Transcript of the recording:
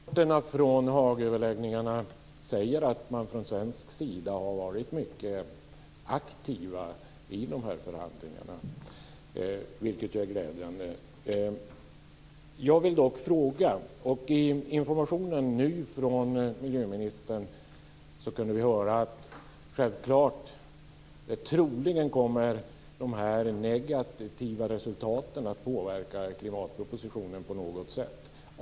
Fru talman! Rapporterna från Haagöverläggningarna säger att man från svensk sida har varit mycket aktiv i förhandlingarna, vilket är glädjande. I informationen från miljöministern nu kunde vi höra att de negativa resultaten troligen kommer att påverka klimatpropositionen på något sätt.